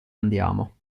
andiamo